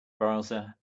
browser